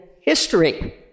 history